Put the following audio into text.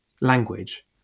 language